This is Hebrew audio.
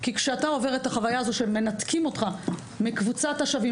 כי כשאתה עובר את החוויה הזאת שמנתקים אותך מקבוצת השווים